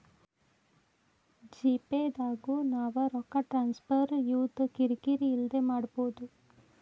GPay ದಾಗು ನಾವ್ ರೊಕ್ಕ ಟ್ರಾನ್ಸ್ಫರ್ ಯವ್ದ ಕಿರಿ ಕಿರಿ ಇಲ್ದೆ ಮಾಡ್ಬೊದು